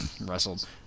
wrestled